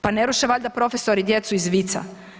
Pa ne ruše valjda profesori djecu iz vica.